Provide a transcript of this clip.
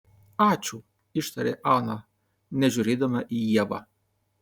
ačiū ištarė ana nežiūrėdama į ievą